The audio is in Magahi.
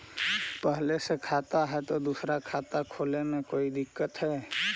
पहले से खाता है तो दूसरा खाता खोले में कोई दिक्कत है?